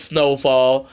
Snowfall